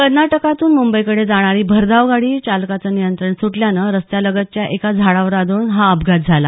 कर्नाटकातून मुंबईकडे जाणारी भरधाव गाडी चालकाचं नियंत्रण सुटल्यानं रस्त्यालगतच्या एका झाडावर आदळून हा अपघात झाला